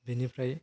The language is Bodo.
बेनिफ्राय